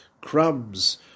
crumbs